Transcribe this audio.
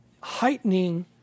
heightening